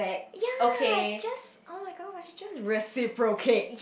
ya just oh-my-gosh just reciprocate